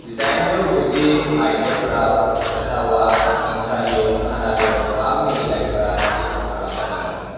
जिदाइनजौ गुजि मायथाइफोराव ओटावा ओंटारिय कानाडायाव गोबां गेलेनायफोरा रेकर्ड खालामजादोंमोन